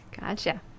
Gotcha